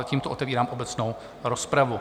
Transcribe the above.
Tímto otevírám obecnou rozpravu.